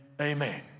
amen